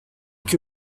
que